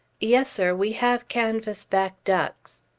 yes, sir, we have canvas-back ducks.